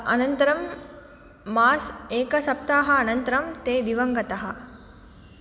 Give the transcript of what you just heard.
अनन्तरं मास एकसप्ताहानन्तरं ते दिवङ्गताः